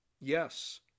Yes